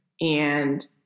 And-